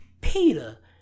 Peter